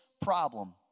problem